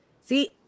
see